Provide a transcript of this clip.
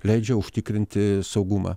leidžia užtikrinti saugumą